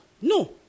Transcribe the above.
No